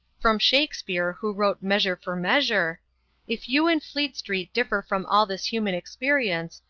from shakespeare, who wrote measure for measure if you in fleet street differ from all this human experience,